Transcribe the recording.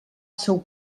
seu